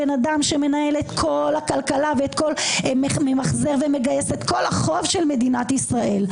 בן אדם שמנהל את כל הכלכלה וממחזר ומגייס את כל החוב של מדינת ישראל.